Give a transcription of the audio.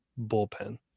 bullpen